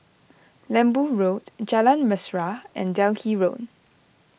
Lembu Road Jalan Mesra and Delhi Road